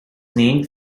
named